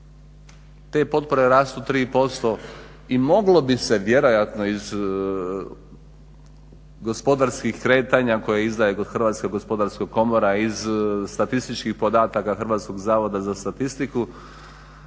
Te potpore rastu 3% i moglo bi se vjerojatno iz gospodarskih kretanja koje izdaje Hrvatska gospodarska komora iz statističkih podataka Hrvatskog zavoda za statistiku